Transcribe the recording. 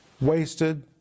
wasted